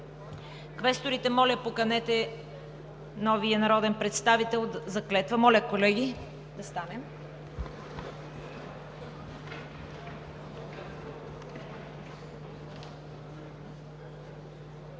Квесторите, моля да поканите новия народен представител за клетва. Моля, колеги да станем.